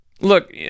Look